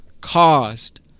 caused